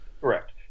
Correct